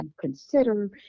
consider